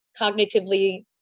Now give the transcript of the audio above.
cognitively